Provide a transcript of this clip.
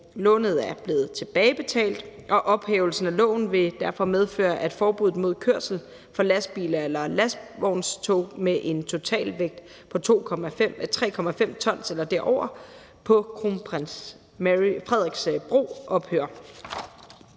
Lånet er blevet tilbagebetalt, og ophævelsen af loven vil derfor medføre, at forbuddet mod kørsel for lastbiler eller lastvognstog med en totalvægt på 3,5 t eller derover på Kronprins Frederiks Bro ophører.